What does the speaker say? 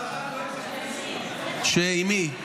--- עם מי?